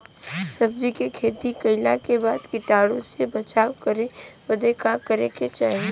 सब्जी के खेती कइला के बाद कीटाणु से बचाव करे बदे का करे के चाही?